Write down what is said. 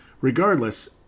Regardless